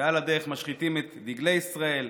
ועל הדרך משחיתים דגלי ישראל,